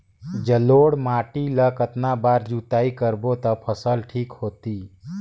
जलोढ़ माटी ला कतना बार जुताई करबो ता फसल ठीक होती?